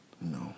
No